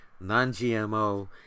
non-GMO